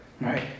right